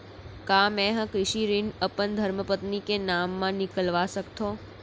का मैं ह कृषि ऋण अपन धर्मपत्नी के नाम मा निकलवा सकथो?